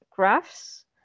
graphs